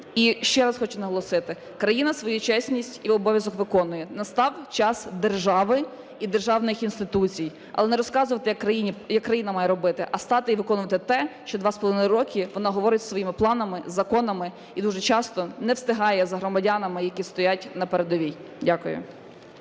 І ще раз хочу наголосити: країна свою чесність і обов'язок виконує, настав час держави і державних інституцій. Але не розказувати, як країна має робити, а стати і виконувати те, що два з половиною роки вона говорить своїми планами, законами і дуже часто не встигає за громадянами, які стоять на передовій. Дякую.